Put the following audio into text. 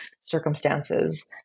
circumstances